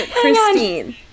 Christine